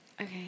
Okay